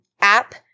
app